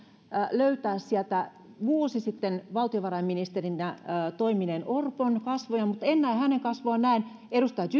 löytää sieltä vuosi sitten valtiovarainministerinä toimineen orpon kasvoja mutta en näen hänen kasvojaan näen edustaja